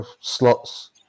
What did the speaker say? slots